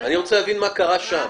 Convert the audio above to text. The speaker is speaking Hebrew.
אני רוצה להגיד מה קרה שם.